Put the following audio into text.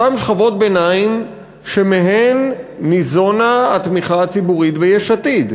אותן שכבות ביניים שמהן ניזונה התמיכה הציבורית ביש עתיד.